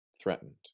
threatened